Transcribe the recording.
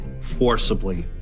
forcibly